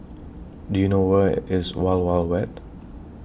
Do YOU know Where IS Wild Wild Wet